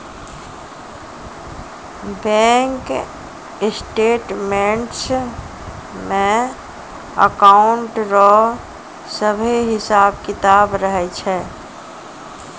bank statements मे account रो सभे हिसाब किताब रहै छै